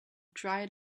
dried